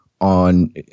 on